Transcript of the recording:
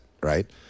right